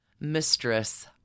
Mistress